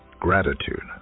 gratitude